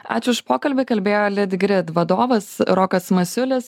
ačiū už pokalbį kalbėjo litgrid vadovas rokas masiulis